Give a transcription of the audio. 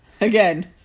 again